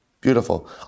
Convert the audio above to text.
beautiful